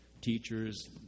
teachers